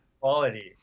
quality